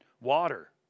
water